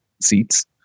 seats